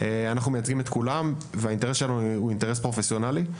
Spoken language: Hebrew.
האינטרס שלנו הוא אינטרס פרופסיונלי.